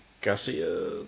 Garcia